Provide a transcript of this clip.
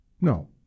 No